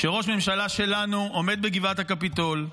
כשראש ממשלה שלנו עומד בגבעת הקפיטול,